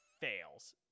fails